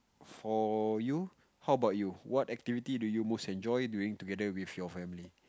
for you how about you what activity do you most enjoy doing together with your family